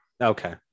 okay